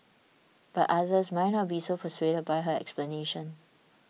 but others might not be so persuaded by her explanation